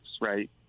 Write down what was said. right